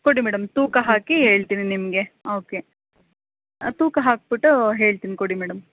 ಕೊಡಿ ಮೇಡಮ್ ತೂಕ ಹಾಕಿ ಹೇಳ್ತಿನಿ ನಿಮಗೆ ಓಕೆ ತೂಕ ಹಾಕ್ಬಿಟ್ಟು ಹೇಳ್ತೀನಿ ಕೊಡಿ ಮೇಡಮ್